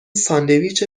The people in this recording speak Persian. ساندویچ